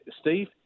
steve